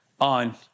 on